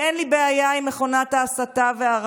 ואין לי בעיה עם מכונת ההסתה והרעל.